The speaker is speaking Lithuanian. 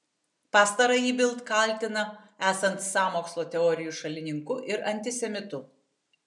pastarąjį bild kaltina esant sąmokslo teorijų šalininku ir antisemitu